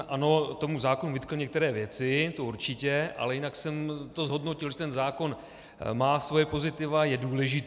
Ano, tomu zákonu jsem vytkl některé věci, to určitě, ale jinak jsem zhodnotil, že ten zákon má svoje pozitiva, je důležitý.